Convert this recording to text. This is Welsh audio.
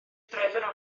drefn